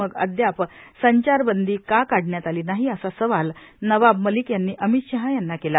मग अदयाप संचारबंदी का काढण्यात आली नाही असा सवाल नवाब मलिक यांनी अमित शहा यांना केला